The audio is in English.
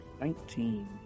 Nineteen